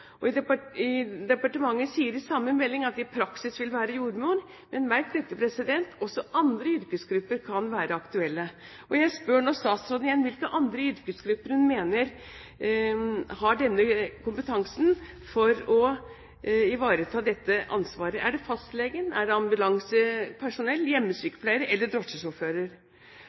i tilfelle transportfødsel. Og departementet sier i samme melding at det i praksis vil være jordmor, men – merk dette, president – at også andre yrkesgrupper kan være aktuelle. Og jeg spør nå igjen statsråden hvilke andre yrkesgrupper hun mener har denne kompetansen for å ivareta dette ansvaret. Er det fastleger, ambulansepersonell, hjemmesykepleiere eller